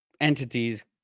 entities